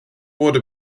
wurde